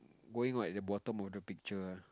going right the bottom of the picture